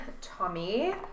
Tommy